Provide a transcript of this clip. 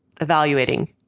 evaluating